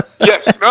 Yes